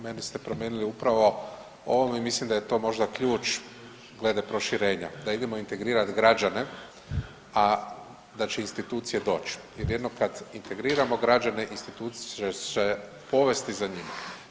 Meni ste promijenili upravo ovom i mislim da je to možda ključ glede proširenja, da idemo integrirati građane, a da će institucije doć jer jednom kad integriramo građane institucije će se povesti za njima.